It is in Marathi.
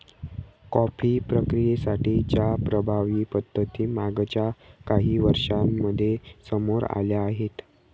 कॉफी प्रक्रियेसाठी च्या प्रभावी पद्धती मागच्या काही वर्षांमध्ये समोर आल्या आहेत